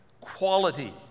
Quality